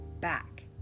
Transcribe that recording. back